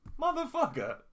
motherfucker